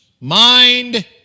mind